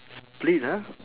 split ah